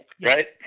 right